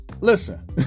listen